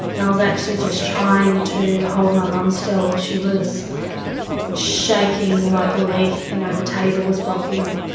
and i was actually just trying to hold my mum still. she was shaking like a leaf, you know the table was rocking,